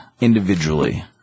individually